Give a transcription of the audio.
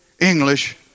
English